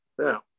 Now